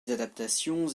adaptations